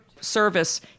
service